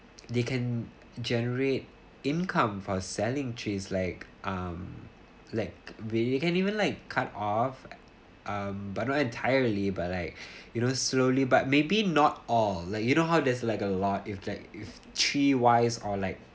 they can generate income for selling trees like um like where you can even like cut off um but not entirely but I you know slowly but maybe not all like you know how there's like a lot if that if tree wise or